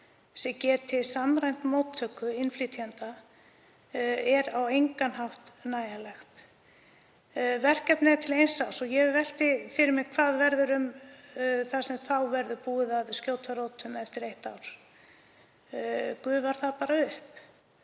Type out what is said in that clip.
geti samræmt móttöku innflytjenda — það er á engan hátt nægilegt. Verkefnið er til eins árs. Ég velti fyrir mér hvað verður um það fólk sem verður búið að skjóta rótum eftir eitt ár. Gufar það bara upp?